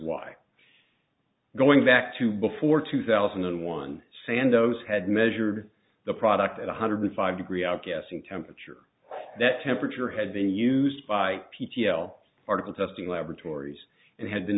why going back to before two thousand and one sandoz had measured the product at one hundred five degree outgassing temperature that temperature had been used by p p l article testing laboratories and had been